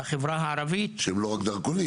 כי אז היו לנו נציגים בחו"ל,